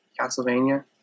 Castlevania